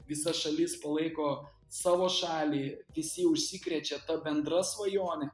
visa šalis palaiko savo šalį visi užsikrečia ta bendra svajone